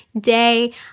day